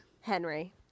Henry